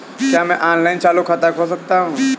क्या मैं ऑनलाइन चालू खाता खोल सकता हूँ?